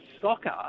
soccer